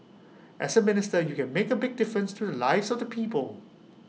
as A minister you can make A big difference to the lives of the people